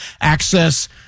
access